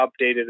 updated